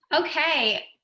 okay